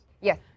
Yes